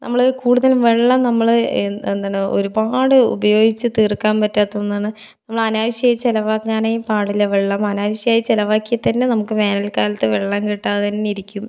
നമ്മൾ കൂടുതലും വെള്ളം നമ്മൾ എന്താണ് ഒരുപാട് ഉപയോഗിച്ച് തീർക്കാൻ പറ്റാത്ത ഒന്നാണ് നമ്മൾ അനാവശ്യമായി ചിലവാക്കാനേ പാടില്ല വെള്ളം അനാവശ്യമായി ചിലവാക്കിയാൽ തന്നെ നമുക്ക് വേനൽക്കാലത്ത് വെള്ളം കിട്ടാതെ തന്നിരിക്കും